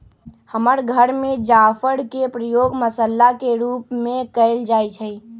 हमर घर में जाफर के प्रयोग मसल्ला के रूप में कएल जाइ छइ